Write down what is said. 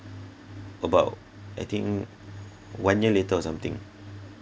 about I think one year later or something